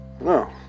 No